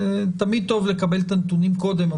תמיד טוב לקבל את הנתונים קודם.